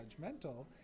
judgmental